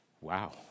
Wow